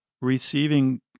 receiving